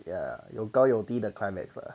ya 有高有低的 climax lah